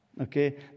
okay